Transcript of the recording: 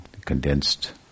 Condensed